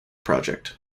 project